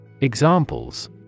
Examples